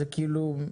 זה כאילו...